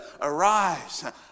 arise